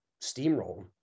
steamroll